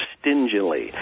stingily